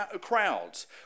crowds